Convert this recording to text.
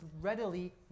readily